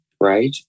right